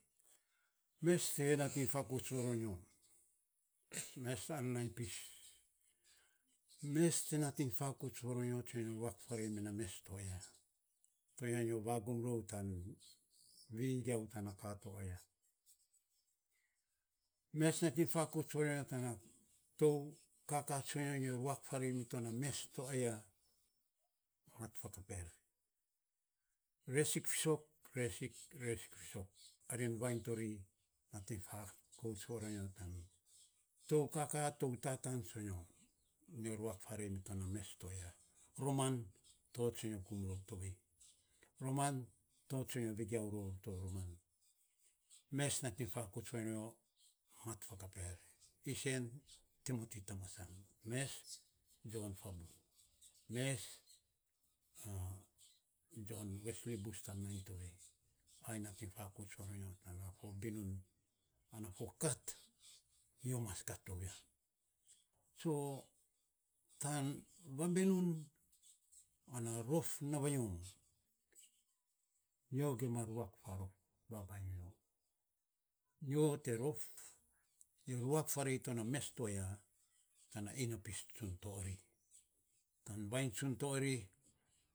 Mes tiya nating fakouts varonyo, mes ar nainy pis mes te nating fakouts varonyo, tsonyo ruak faarei ma na mes to aya, tsonyo vagum rou tana vivigiau tan ka to ya mes nating fakouts varonyo tana tou kaka tsonyo nyo ruak faarei to na mes to aya mat fakap er. Resik fiisok resik fisok arini vainy tori, naiting fakouts varonyo tan tou kaka tou tataan tsonyo, nyo ruak faarei mito na mes toya. Roman mes nating fakouts varonyo mat fakap er, isen timoti tamasan me jon fabu mes jon wesley bus tan nainy tovei ai nating fakouts varonyo tana fo binun